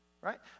Right